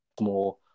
more